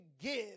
give